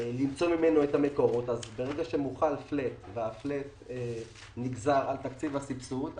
למצוא ממנו את המקורות וברגע שמוחל פלט והפלט נגזר על תקציב הסבסוד,